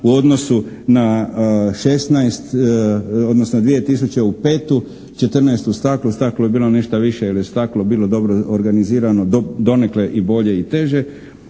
u odnosu na 16 odnosno 2005. 14 u staklu, staklo je bilo nešto više jer je staklo bilo dobro organizirano, donekle i bolje i teže.